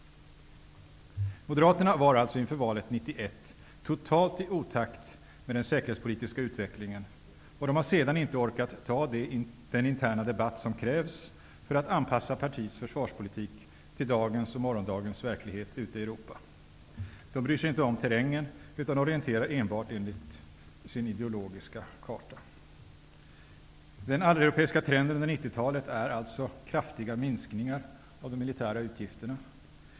Moderaterna var alltså inför valet 1991 totalt i otakt med den säkerhetspolitiska utvecklingen, och de har sedan inte orkat ta den interna debatt som krävs för att anpassa partiets försvarspolitik till dagens och morgondagens verklighet ute i Europa. De bryr sig inte om terrängen, utan de orienterar enbart efter sin ideologiska karta. Den alleuropeiska trenden under 90-talet är alltså kraftiga minskningar av de militära utgifterna.